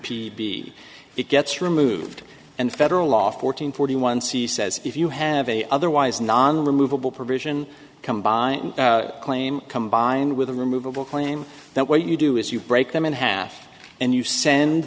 p it gets removed and federal law fourteen forty one c says if you have a otherwise non removable provision combine claim combined with a removable claim that what you do is you break them in half and you send